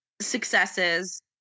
successes